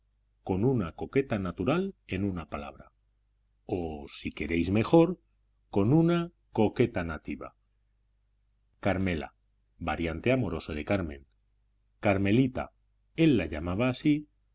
con una coqueta natural en una palabra o si queréis mejor con una coqueta nativa carmela variante amoroso de carmen carmelita él la llamaba así